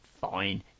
fine